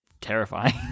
terrifying